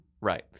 Right